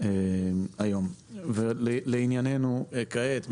לעניינו כעת,